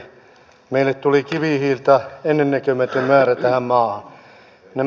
meille tuli kivihiiltä ennennäkemätön määrä tähän maahan